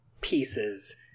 pieces